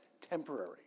temporary